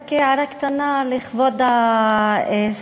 רק הערה קטנה לכבוד השר.